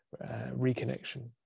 reconnection